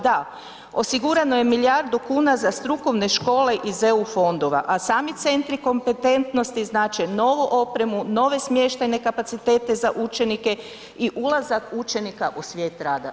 Da, osigurano je milijardu kuna za strukovne škole iz EU fondova a sami centri kompetentnosti znače novu opremu, nove smještajne kapacitete za učenike i ulazak učenika u svijet rada.